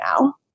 now